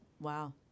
Wow